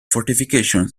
fortifications